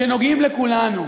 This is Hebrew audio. שנוגעים לכולנו,